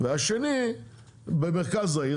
והשני במרכז העיר.